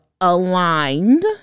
aligned